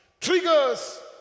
triggers